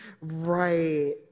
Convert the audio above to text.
Right